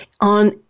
on